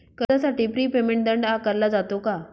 कर्जासाठी prepayment दंड आकारला जातो का?